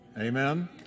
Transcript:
Amen